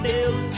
Deus